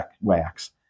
wax